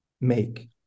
make